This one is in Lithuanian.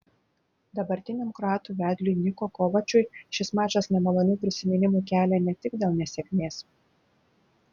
dabartiniam kroatų vedliui niko kovačui šis mačas nemalonių prisiminimų kelia ne tik dėl nesėkmės